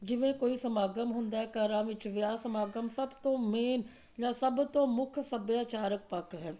ਜਿਵੇਂ ਕੋਈ ਸਮਾਗਮ ਹੁੰਦਾ ਘਰਾਂ ਵਿੱਚ ਵਿਆਹ ਸਮਾਗਮ ਸਭ ਤੋਂ ਮੇਨ ਜਾਂ ਸਭ ਤੋਂ ਮੁੱਖ ਸੱਭਿਆਚਾਰਕ ਪੱਖ ਹੈ